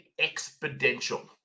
exponential